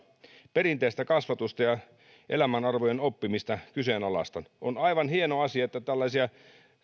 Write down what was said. perinteistä kasvatusta ja elämänarvojen oppimista kyseenalaistan on aivan hieno asia että tällaisia